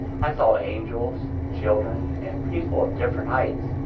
i saw angels, children and people of different heights,